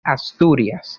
asturias